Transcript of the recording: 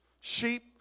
Sheep